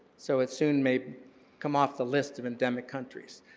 so, it soon may come off the list of endemic countries.